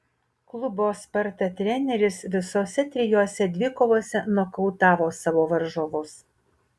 klubo sparta treneris visose trijose dvikovose nokautavo savo varžovus